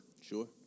Sure